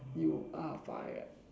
you are fired